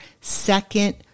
second